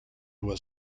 was